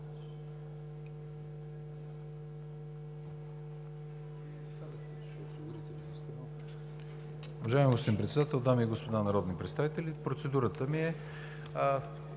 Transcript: Уважаеми господин Председател, дами и господа народни представители! Процедурата ми е